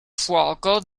fuoco